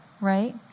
right